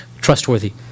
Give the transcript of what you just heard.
trustworthy